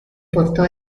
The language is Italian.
portò